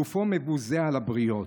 גופו מבוזה על הבריות.